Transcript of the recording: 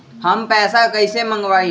हम पैसा कईसे मंगवाई?